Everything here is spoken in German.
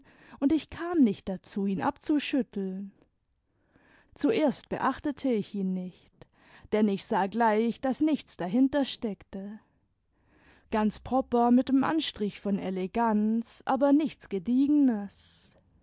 und ich kam nicht dazu ihn abzuschütteln zuerst beachtete ich ihn nicht denn ich sah gleich daß nichts dahinter steckte ganz propper mit m anstrich von eleganz aber nichts gediegenes